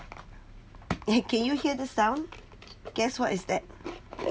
can you hear the sound guess what is that